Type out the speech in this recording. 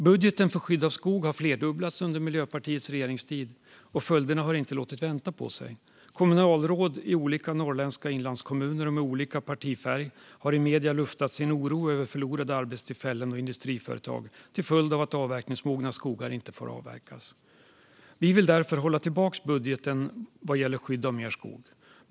Budgeten för skydd av skog har flerdubblats under Miljöpartiets regeringstid, och följderna har inte låtit vänta på sig. Kommunalråd i olika norrländska inlandskommuner och med olika partifärg har i medierna luftat sin oro över förlorade arbetstillfällen och industriföretag till följd av att avverkningsmogna skogar inte får avverkas. Vi vill därför hålla tillbaka budgeten vad gäller skydd av mer skog.